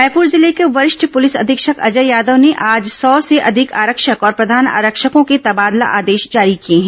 रायपुर जिले के वरिष्ठ पुलिस अधीक्षक अजय यादव ने आज सौ से अधिक आरक्षक और प्रधान आरक्षकों के तबादला आदेश जारी किए हैं